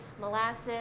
molasses